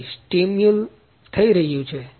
તેથી સ્ટીમ્યુલ થઈ રહ્યું છે